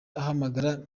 ahamagara